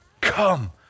Come